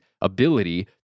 ability